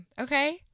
Okay